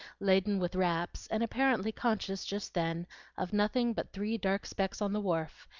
laden with wraps, and apparently conscious just then of nothing but three dark specks on the wharf,